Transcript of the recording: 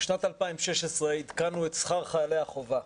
בשנת 2016 עדכנו את שכר חיילי החובה.